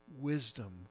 wisdom